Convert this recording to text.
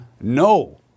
no